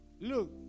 Look